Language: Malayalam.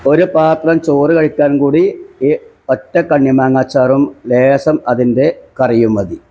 ഒരു പാത്രം ചോറ് കഴിക്കാന് കൂടി ഈ ഒറ്റ കണ്ണിമാങ്ങ അച്ചാറും ലേസം അതിന്റെ കറിയും മതി